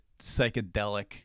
psychedelic